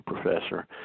professor